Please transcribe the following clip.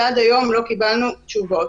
ועד היום לא קיבלנו עליהם תשובות.